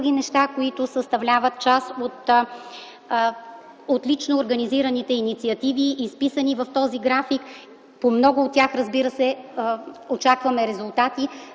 неща, които съставляват част от отлично организираните инициативи, изписани в този график. По много от тях, разбира се, очакваме резултати,